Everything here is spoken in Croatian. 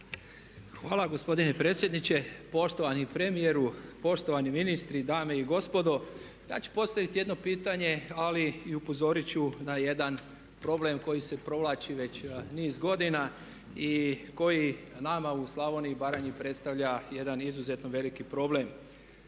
Hvala gospodine predsjedniče. Poštovani premijeru, poštovani ministri, dame i gospodo. Ja ću postaviti jedno pitanje ali i upozorit ću i na jedan problem koji se provlači već niz godina i koji nama u Slavoniji i Baranji predstavlja jedan izuzetno veliki problem.